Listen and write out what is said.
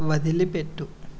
వదిలిపెట్టు